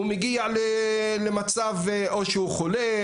הוא מגיע למצב או שהוא חולה,